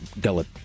gullet